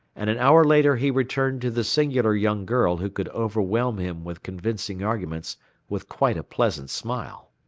and an hour later he returned to the singular young girl who could overwhelm him with convincing arguments with quite a pleasant smile.